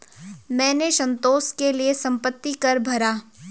मैंने संतोष के लिए संपत्ति कर भरा